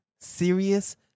serious